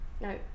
no